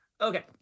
okay